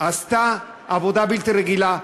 עבודה בלתי רגילה,